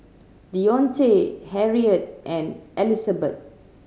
Dionte Harriet and Elizabet